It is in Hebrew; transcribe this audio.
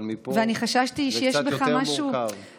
אבל מפה זה קצת יותר מורכב.